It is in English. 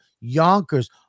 yonkers